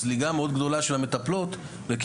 עם זליגה מאוד גדולה של מטפלות,